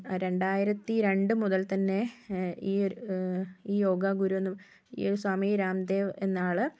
രണ്ടായിരത്തി രണ്ട് മുതൽ തന്നെ ഈ ഒരു ഈ യോഗ ഗുരു ഈ സ്വാമി രാംദേവ് എന്ന ആള്